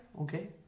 Okay